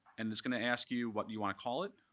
and it's going to ask you what you want to call it.